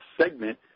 segment